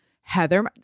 Heather